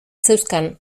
zeuzkan